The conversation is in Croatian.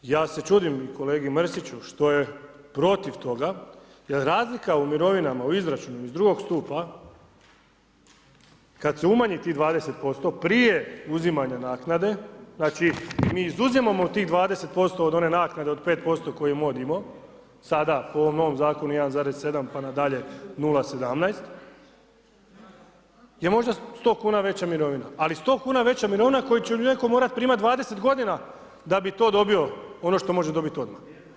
Ja se čudim kolegi Mrsiću što je protiv toga jer razlika u mirovinama, u izračunu iz II. stupa kad se umanji tih 20%, prije uzimanja naknade, znači mi izuzimamo tih 20% od one naknade od 5% koju je mod imao, sada po ovom novom zakonu 1,7 pa nadalje 0,17 je možda 100 kuna veća mirovina ali 100 kuna veća mirovina koju će netko morati primati 20 g. da bi to dobio ono što može dobiti odmah.